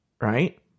right